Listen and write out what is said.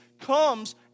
comes